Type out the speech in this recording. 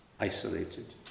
isolated